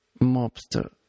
mobster